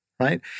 Right